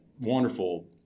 wonderful